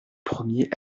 premiers